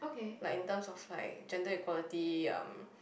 like in terms of like gender equality um